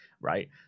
right